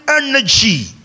energy